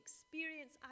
experience